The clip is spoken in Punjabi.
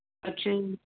ਅੱਛਾ ਜੀ